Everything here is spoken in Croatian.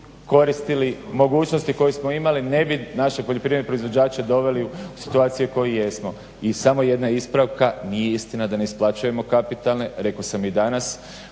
koristili mogućnosti koje smo imali ne bi naše poljoprivredne proizvođače doveli u situaciju u kojoj jesmo. I samo jedna ispravka, nije istina da ne isplaćujemo kapitalne, rekao sam i danas